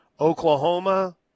Oklahoma